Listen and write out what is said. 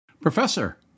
Professor